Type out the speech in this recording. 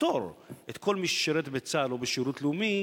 לפטור את כל מי ששירת בצה"ל או בשירות הלאומי